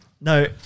No